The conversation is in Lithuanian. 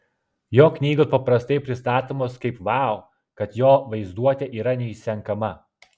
jo knygos paprastai pristatomos kaip vau kad jo vaizduotė yra neišsenkama